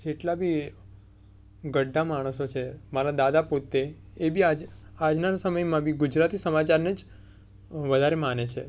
જેટલા બી ઘરડા માણસો છે મારા દાદા પોતે એ બી આજ આજના સમયમાં બી ગુજરાતી સમચારને જ વધારે માને છે